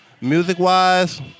Music-wise